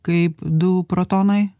kaip du protonai